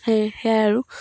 সে সেয়াই আৰু